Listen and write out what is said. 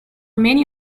many